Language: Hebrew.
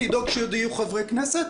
לדאוג שיהיו עוד חברי כנסת.